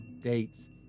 dates